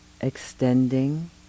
extending